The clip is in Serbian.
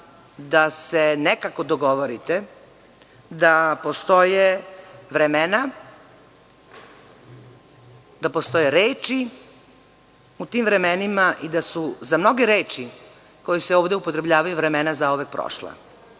da se nekako dogovorite da postoje vremena, da postoje reči u tim vremenima i da su za mnoge reči koje se ovde upotrebljavaju vremena zauvek prošla.